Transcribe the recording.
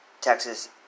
Texas